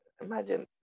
imagine